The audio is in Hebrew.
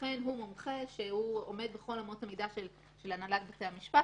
הוא מומחה שעומד בכל אמות המידה של הנהלת בתי המשפט.